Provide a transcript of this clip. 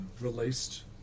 Released